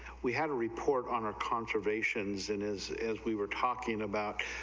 we have a report on our conservation's and is as we were talking about,